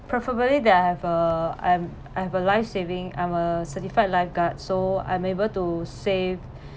preferably that I have uh I'm I have a life saving I'm a certified lifeguard so I'm able to save